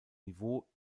niveau